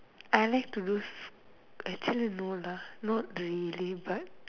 I like to do actually no lah not really but